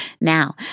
now